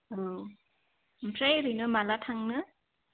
औ ओमफ्राय ओरैनो माला थांनो